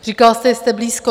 Říkal jste, že jste blízko.